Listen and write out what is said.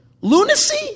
Lunacy